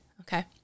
Okay